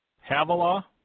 Havilah